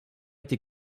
été